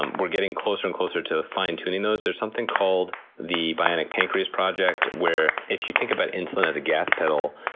um we're getting closer and closer to fine-tuning those. there's something called the bionic pancreas project, where. if you think about insulin as a gas pedal,